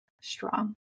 strong